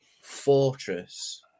fortress